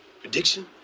Prediction